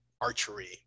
archery